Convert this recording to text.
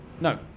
no